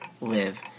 live